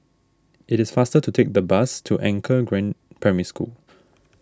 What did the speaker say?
it is faster to take the bus to Anchor Green Primary School